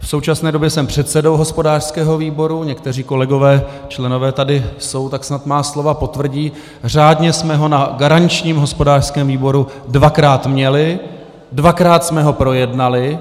V současné době jsem předsedou hospodářského výboru, někteří kolegové, členové, tady jsou, tak snad moje slova potvrdí, řádně jsme ho na garančním hospodářském výboru dvakrát měli, dvakrát jsme ho projednali.